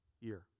year